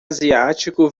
asiático